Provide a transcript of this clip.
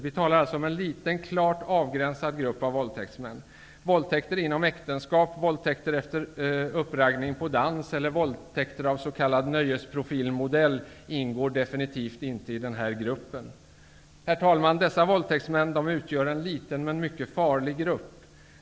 Det gäller då en liten, klart avgränsad grupp av våldtäktsmän. nöjesprofilsmodell ingår definitivt inte i denna grupp. Herr talman! Dessa våldtäktsmän utgör en liten men mycket farlig grupp.